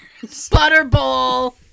Butterball